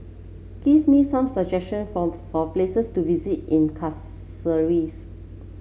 give me some suggestion for for places to visit in Castries